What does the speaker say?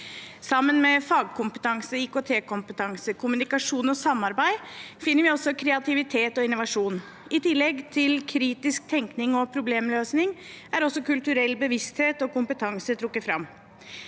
Sammen med fagkompetanse, IKT-kompetanse, kommunikasjon og samarbeid, finner vi også kreativitet og innovasjon. I tillegg til kritisk tenkning og problemløsning er også kulturell bevissthet og kompetanse trukket fram